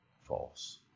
false